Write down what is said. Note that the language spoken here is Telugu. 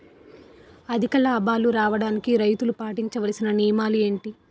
అధిక లాభాలు రావడానికి రైతులు పాటించవలిసిన నియమాలు ఏంటి